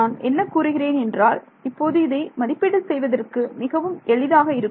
நான் என்ன கூறுகிறேன் என்றால் இப்போது இதை மதிப்பீடு செய்வதற்கு மிகவும் எளிதாக இருக்கும்